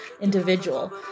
individual